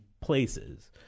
places